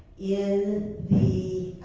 in the